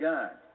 God